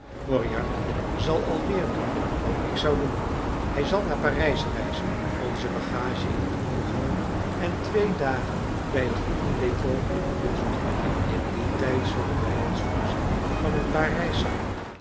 moriarty zal alweer doen wat ik zou doen hij zal naar parijs reizen onze bagage in t oog houden en twee dagen bij het goederendepôt op ons wachten in dien tijd zullen wij ons voorzien van een paar